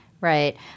right